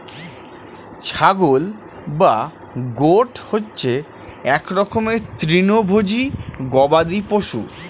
ছাগল বা গোট হচ্ছে এক রকমের তৃণভোজী গবাদি পশু